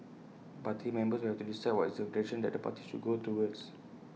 party members will have to decide what is the direction that the party should go towards